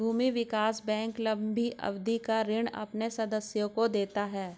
भूमि विकास बैंक लम्बी अवधि का ऋण अपने सदस्यों को देता है